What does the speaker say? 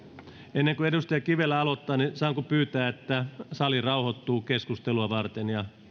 ennen kuin edustaja kivelä aloittaa saanko pyytää että sali rauhoittuu keskustelua varten ja